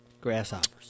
Grasshoppers